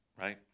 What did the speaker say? right